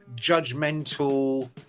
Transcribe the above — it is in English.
judgmental